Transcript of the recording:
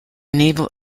naval